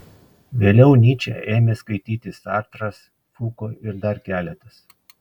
vėliau nyčę ėmė skaityti sartras fuko ir dar keletas